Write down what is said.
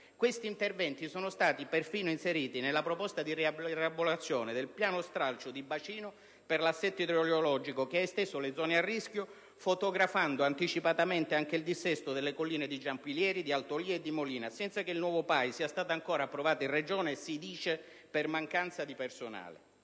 Tali interventi sono stati perfino inseriti nella proposta di rielaborazione del piano stralcio di bacino per l'assetto idrogeologico, che ha esteso le zone a rischio fotografando anticipatamente anche il dissesto delle colline di Giampilieri, di Altolia e di Molino, senza che il nuovo PAI sia stato ancora approvato in Regione - si dice - per mancanza di personale.